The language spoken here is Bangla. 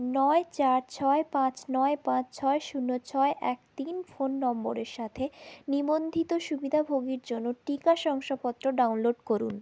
নয় চার ছয় পাঁচ নয় পাঁচ ছয় শূন্য ছয় এক তিন ফোন নম্বরের সাথে নিবন্ধিত সুবিধাভোগীর জন্য টিকা শংসাপত্র ডাউনলোড করুন